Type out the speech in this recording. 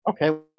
Okay